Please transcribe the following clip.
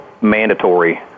mandatory